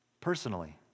personally